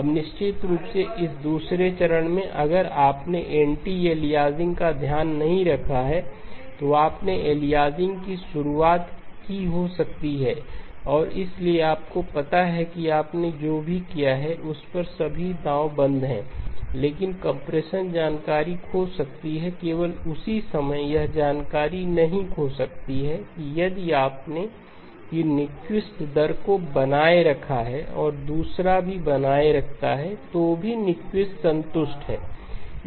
अब निश्चित रूप से इस दूसरे चरण में अगर आपने एंटी अलियासिंग का ध्यान नहीं रखा है तो आपने अलियासिंग की शुरुआत की हो सकती है और इसलिए आपको पता है कि आपने जो भी किया है उस पर सभी दांव बंद हैं लेकिन कंप्रेशन जानकारी खो सकती है केवल उसी समय यह जानकारी नहीं खो सकती है कि यदि आपने की न्यूक्विस्ट दर को बनाए रखा है और दूसरा भी बनाए रखता है तो भी न्यूक्विस्ट संतुष्ट है